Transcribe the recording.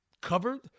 covered